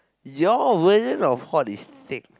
your version of hot is thick